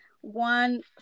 one